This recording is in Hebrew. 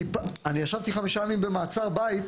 ישבתי חמישה ימים במעצר בית